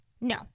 no